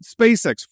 SpaceX